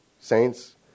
saints